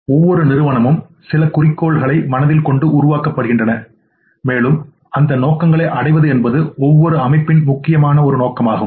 ஒவ்வொரு நிறுவனமும் சில குறிக்கோள்களை மனதில் கொண்டு உருவாக்கப்படுகின்றன மேலும் அந்த நோக்கங்களை அடைவது என்பது ஒவ்வொரு அமைப்பினதும் முக்கிய நோக்கமாகும்